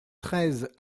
treize